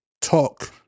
Talk